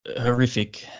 horrific